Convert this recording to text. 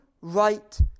right